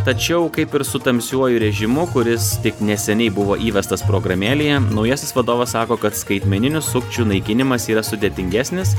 tačiau kaip ir su tamsiuoju režimu kuris tik neseniai buvo įvestas programėlėje naujasis vadovas sako kad skaitmeninių sukčių naikinimas yra sudėtingesnis